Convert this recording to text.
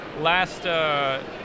last